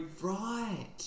right